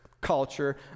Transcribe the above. culture